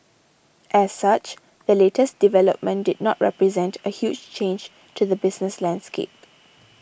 as such the latest development did not represent a huge change to the business landscape